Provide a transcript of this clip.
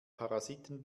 parasiten